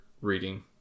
reading